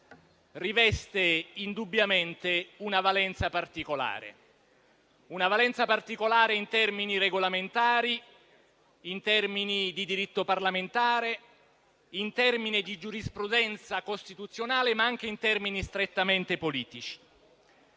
riveste indubbiamente una valenza particolare in termini regolamentari, in termini di diritto parlamentare, in termini di giurisprudenza costituzionale, ma anche in termini strettamente politici.